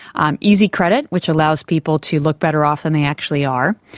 um easy credit which allows people to look better off than they actually are.